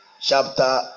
chapter